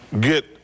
get